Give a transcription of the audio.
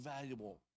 valuable